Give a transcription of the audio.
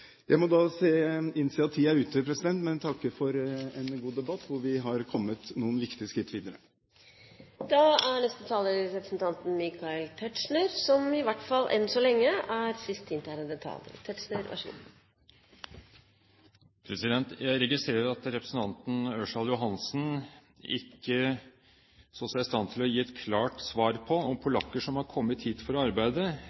Jeg ser at taletiden er ute, men takker for en god debatt, hvor vi har kommet noen viktige skritt videre. Jeg registrerer at representanten Ørsal Johansen ikke så seg i stand til å gi et klart svar på om polakker som har kommet hit for å arbeide, eller innvandrere fra tilsvarende land, skal avgi DNA-tester, og om de skal rapporteres til